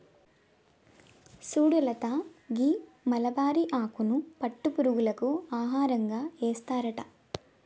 సుడు లత గీ మలబరి ఆకులను పట్టు పురుగులకు ఆహారంగా ఏస్తారట